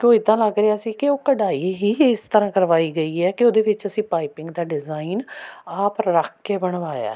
ਕਿ ਉਹ ਇੱਦਾਂ ਲੱਗ ਰਿਹਾ ਸੀ ਕਿ ਉਹ ਕਢਾਈ ਹੀ ਇਸ ਤਰ੍ਹਾਂ ਕਰਵਾਈ ਗਈ ਹੈ ਕਿ ਉਹਦੇ ਵਿੱਚ ਅਸੀਂ ਪਾਈਪਿੰਗ ਦਾ ਡਿਜ਼ਾਇਨ ਆਪ ਰੱਖ ਕੇ ਬਣਵਾਇਆ